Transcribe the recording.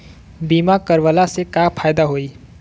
बीमा करवला से का फायदा होयी?